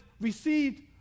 received